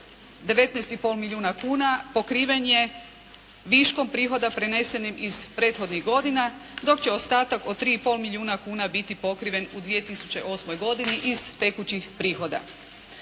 pol milijuna kuna pokriven je viškom prihoda prenesenim iz prethodnih godina, dok će ostatak od 3 i pol milijuna kuna biti pokriven u 2008. godini iz tekućih prihoda.